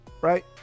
right